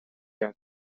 کرد